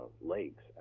lakes